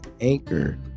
anchor